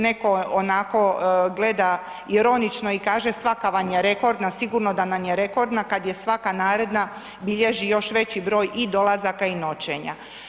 Netko onako gleda ironično i kaže svaka vam je rekordna, sigurno da nam je rekordna kad je svaka naredba bilježi još veći broj i dolazaka i noćenja.